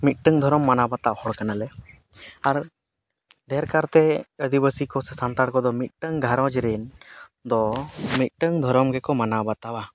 ᱢᱤᱫᱴᱟᱝ ᱫᱷᱚᱨᱚᱢ ᱢᱟᱱᱟᱣᱼᱵᱟᱛᱟᱣ ᱦᱚᱲ ᱠᱟᱱᱟᱞᱮ ᱟᱨ ᱰᱷᱮᱨᱠᱟᱨᱛᱮ ᱟᱫᱤᱵᱟᱥᱤ ᱠᱚ ᱥᱮ ᱥᱟᱱᱛᱟᱲ ᱠᱚᱫᱚ ᱢᱤᱫᱴᱟᱝ ᱜᱷᱟᱨᱚᱸᱡᱽ ᱨᱮᱱᱫᱚ ᱢᱤᱫᱴᱟᱝ ᱫᱷᱚᱨᱚᱢ ᱜᱮᱠᱚ ᱢᱟᱱᱟᱣᱟᱼᱵᱟᱛᱟᱣᱟ